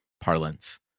parlance